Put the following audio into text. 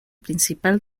principal